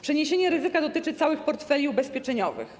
Przeniesienie ryzyka dotyczy całych portfeli ubezpieczeniowych.